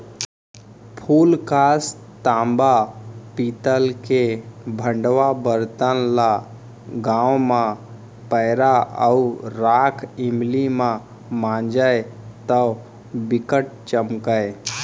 फूलकास, तांबा, पीतल के भंड़वा बरतन ल गांव म पैरा अउ राख इमली म मांजय तौ बिकट चमकय